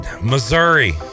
Missouri